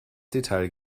detail